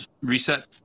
reset